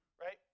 Right